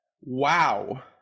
wow